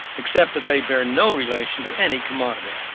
except that they bear no relation to any commodity.